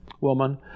woman